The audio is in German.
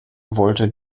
wollte